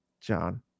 John